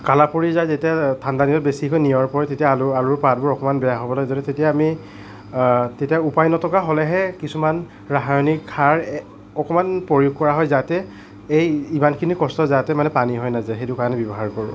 কালা পৰি যায় যেতিয়া ঠাণ্ডা দিনত বেছিকৈ নিয়ৰ পৰে তেতিয়া আলুৰ আলুৰ পাতবোৰ অকণমান বেয়া হব'লে ধৰে তেতিয়া আমি তেতিয়া উপায় নথকা হ'লেহে কিছুমান ৰাসায়নিক সাৰ অকণমান প্ৰয়োগ কৰা হয় যাতে এই ইমানখিনি কষ্ট যাতে মানে পানী হৈ নাযায় সেইটো কাৰণে ব্যৱহাৰ কৰোঁ